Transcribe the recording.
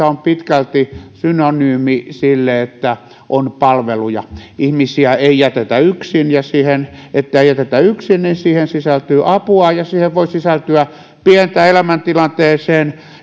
on pitkälti synonyymi sille että on palveluja ihmisiä ei jätetä yksin ja siihen että ei jätetä yksin sisältyy apua ja siihen voi sisältyä pientä elämäntilanteeseen